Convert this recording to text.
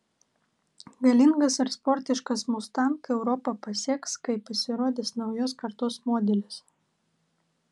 galingas ir sportiškas mustang europą pasieks kai pasirodys naujos kartos modelis